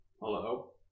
Hello